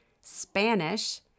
Spanish